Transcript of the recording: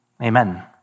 Amen